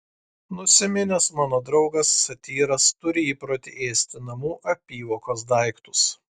nusiminęs mano draugas satyras turi įprotį ėsti namų apyvokos daiktus